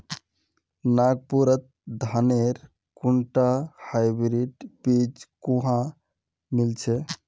नागपुरत धानेर कुनटा हाइब्रिड बीज कुहा मिल छ